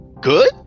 good